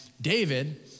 David